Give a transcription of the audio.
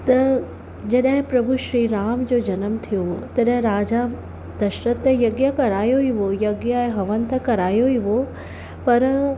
त जॾहिं प्रभु श्री राम जो जनमु थियो तॾहिं राजा दशरथ त यज्ञ करायो ई हो यज्ञ ऐं हवन त करायो ई हो पर